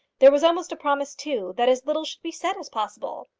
there was almost a promise, too, that as little should be said as possible.